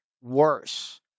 worse